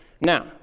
Now